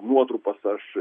nuotrupos aš